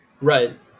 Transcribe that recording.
Right